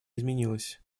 изменилась